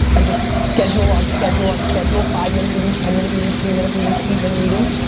and just schedule on schedule on schedule. five minute meetings, ten minute meetings, three minute meetings, eight minute meetings,